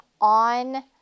on